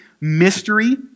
mystery